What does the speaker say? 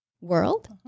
World